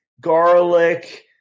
garlic